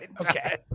Okay